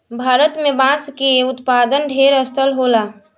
भारत में बांस के उत्पादन ढेर स्तर होला